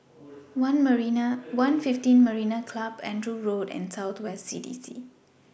one fifteen Marina Club Andrew Road and South West CDC